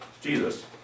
Jesus